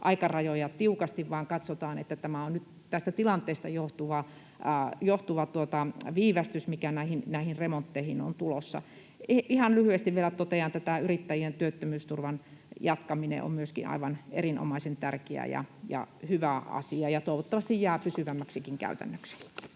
aikarajoja tiukasti, vaan katsotaan, että tämä on nyt tästä tilanteesta johtuva viivästys, mikä näihin remontteihin on tulossa. Ihan lyhyesti vielä totean, että myöskin tämä yrittäjien työttömyysturvan jatkaminen on aivan erinomaisen tärkeä ja hyvä asia ja toivottavasti jää pysyvämmäksikin käytännöksi.